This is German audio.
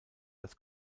das